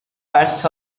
part